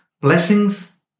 blessings